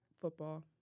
football